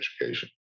education